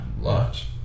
Lots